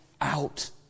out